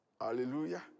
Hallelujah